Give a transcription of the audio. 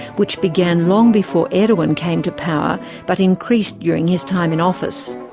which began long before erdogan came to power but increased during his time in office.